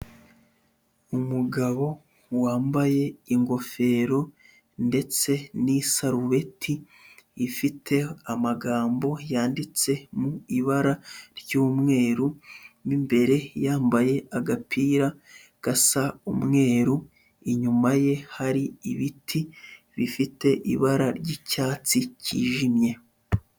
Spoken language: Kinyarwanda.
Umugabo wambaye ingofero ndetse n'isarubeti ifite amagambo yanditse mu ibara ry'umweru, mu imbere yambaye agapira gasa umweru, inyuma ye hari ibiti bifite ibara ry'icyatsi cyijimye.